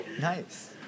nice